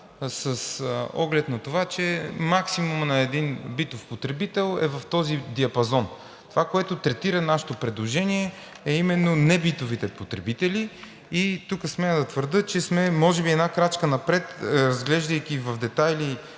с оглед на това, че максимумът на един битов потребител е в този диапазон. Това, което третира нашето предложение, е именно небитовите потребители и тук смея да твърдя, че сме може би една крачка напред, разглеждайки в детайли